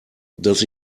dass